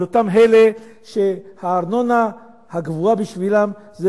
על אותם אלה שהארנונה הגבוהה בשבילם זה